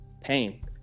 pain